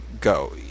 go